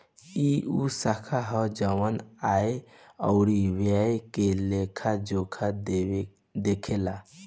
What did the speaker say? ई उ शाखा ह जवन आय अउरी व्यय के लेखा जोखा देखेला